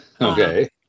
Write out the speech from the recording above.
Okay